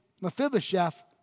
Mephibosheth